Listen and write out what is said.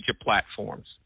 platforms